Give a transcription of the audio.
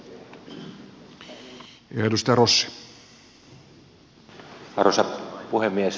arvoisa puhemies